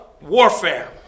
warfare